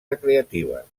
recreatives